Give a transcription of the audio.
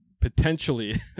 potentially